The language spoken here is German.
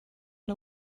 der